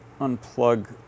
unplug